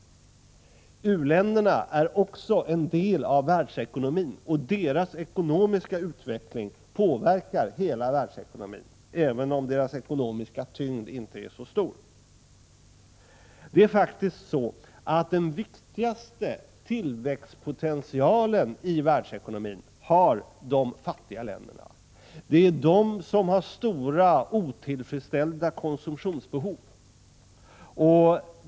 Också u-länderna är en del av världsekonomin, och deras ekonomiska utveckling påverkar hela världsekonomin, även om deras ekonomiska tyngd inte är så stor. Det är faktiskt de fattiga länderna som har den viktigaste tillväxtpotentialen i världsekonomin. Det är de som har stora, otillfredsställda konsumtionsbehov.